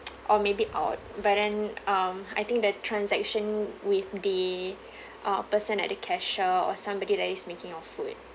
or maybe out but then um I think that transaction with the uh person at a cashier or somebody that is making your food